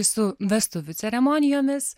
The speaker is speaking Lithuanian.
su vestuvių ceremonijomis